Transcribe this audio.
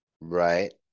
Right